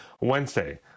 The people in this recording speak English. Wednesday